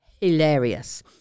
hilarious